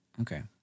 Okay